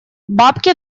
бабке